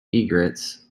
egrets